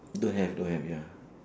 don't have don't have ya